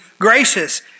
gracious